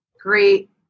great